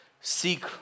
seek